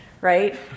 right